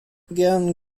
gern